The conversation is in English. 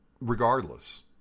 regardless